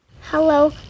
Hello